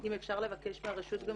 גבירתי אם אפשר לבקש מהרשות גם